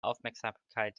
aufmerksamkeit